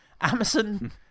Amazon